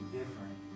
different